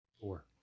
Four